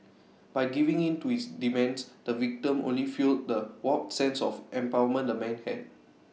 by giving in to his demands the victim only fuelled the warped sense of empowerment the man had